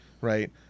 Right